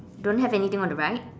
don't have anything on the right